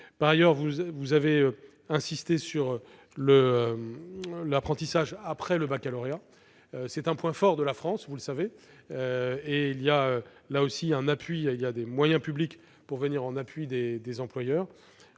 Par ailleurs, vous avez insisté sur l'apprentissage après le baccalauréat. C'est un point fort de la France, vous le savez, et, là aussi, des moyens publics viennent en appui des employeurs.